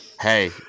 Hey